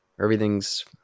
everything's